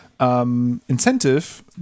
Incentive